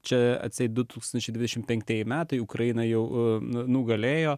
čia atseit du tūkstančiai dvidešimt penktieji metai ukraina jau nugalėjo